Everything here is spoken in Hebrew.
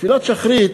תפילת שחרית,